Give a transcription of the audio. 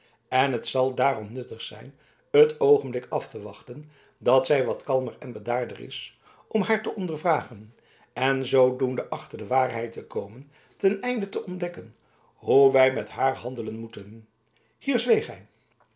en het zal daarom nuttig zijn het oogenblik af te wachten dat zij wat kalmer en bedaarder is om haar te ondervragen en zoodoende achter de waarheid te komen ten einde te ontdekken hoe wij met haar handelen moeten hier zweeg